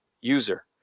user